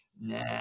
nah